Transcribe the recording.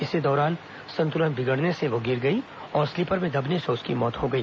इसी दौरान संतुलन बिगड़ने से वह गिर गई और स्लीपर में दबने से उसकी मौत हो गई